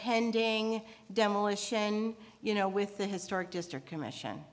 pending demolition you know with the historic district commission